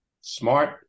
smart